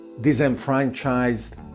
disenfranchised